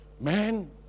Man